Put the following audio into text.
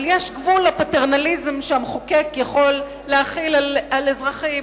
אבל יש גבול לפטרונות שהמחוקק יכול להחיל על אזרחים,